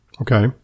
Okay